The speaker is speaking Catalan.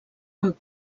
amb